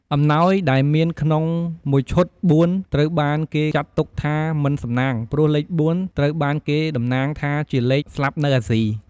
អំណោយដែលមានក្នុងមួយឈុតបួនត្រូវបានគេចាត់ទុកថាមិនសំណាងព្រោះលេខបួនត្រូវបានគេតំណាងថាជាលេងស្លាប់នៅអាស៊ី។